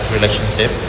relationship